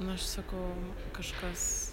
nu aš sakau kažkas